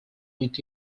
with